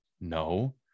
No